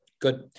Good